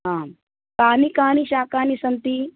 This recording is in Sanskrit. आं कानि कानि शाकानि सन्ति